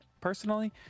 personally